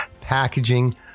packaging